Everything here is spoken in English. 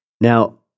Now